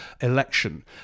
election